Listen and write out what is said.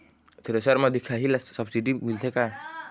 Thresher म दिखाही ला सब्सिडी मिलथे का?